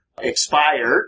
expired